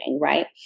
Right